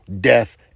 death